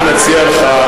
הייתי מציע לך,